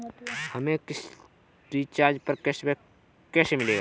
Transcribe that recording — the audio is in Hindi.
हमें किसी रिचार्ज पर कैशबैक कैसे मिलेगा?